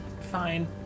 Fine